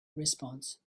response